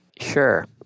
Sure